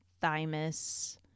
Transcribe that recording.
Thymus